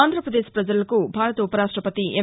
ఆంధ్రప్రదేశ్ ప్రజలకు భారత ఉపరాష్టపతి ఎం